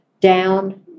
down